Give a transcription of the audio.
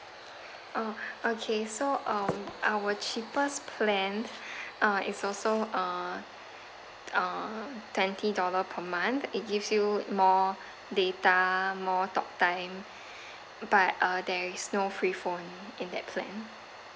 oh okay so um on our cheapest plan uh is also uh uh twenty dollar per month it gives you more data more talk time but uh there is no free phone in that plan